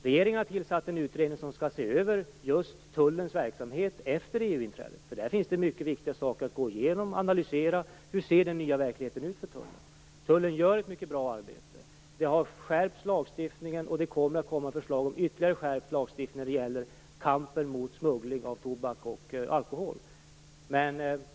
Regeringen har tillsatt en utredning som skall se över just tullens verksamhet efter EU-inträdet. Där finns det nämligen många viktiga saker att gå igenom och analysera - hur ser den nya verkligheten ut för tullen? Tullen gör ett mycket bra arbete. Lagstiftningen har skärpts, och det kommer att komma förslag om ytterligare skärpningar av lagstiftningen när det gäller kampen mot smuggling av tobak och alkohol.